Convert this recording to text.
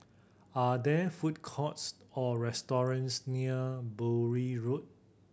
are there food courts or restaurants near Bury Road